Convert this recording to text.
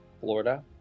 Florida